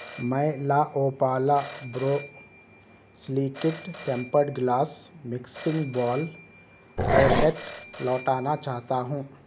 میں La Opala borosilicate tempered glass mixing bowl product لوٹانا چاہتا ہوں